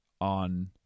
on